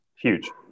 Huge